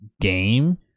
game